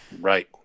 Right